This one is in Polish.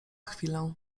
chwilę